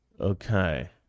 Okay